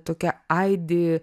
tokia aidi